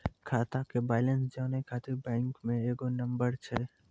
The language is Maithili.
खाता के बैलेंस जानै ख़ातिर बैंक मे एगो नंबर छै?